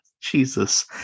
Jesus